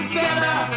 better